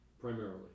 Primarily